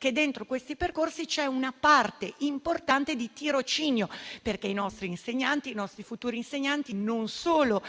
di questi percorsi c'è una parte importante di tirocinio, perché i nostri futuri insegnanti non devono solo